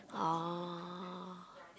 oh